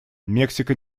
мексика